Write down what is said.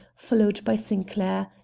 followed by sinclair.